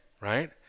right